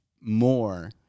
more